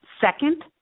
Second